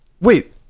wait